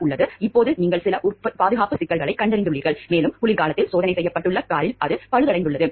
இப்போது நீங்கள் சில பாதுகாப்புச் சிக்கல்களைக் கண்டறிந்துள்ளீர்கள் மேலும் குளிர்காலத்தில் சோதனை செய்யப்பட்ட காரில் அது பழுதடைந்துள்ளது